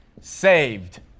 saved